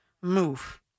move